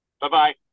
Bye-bye